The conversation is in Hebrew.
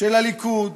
של הליכוד,